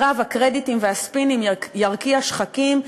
קרב הקרדיטים והספינים ירקיע שחקים,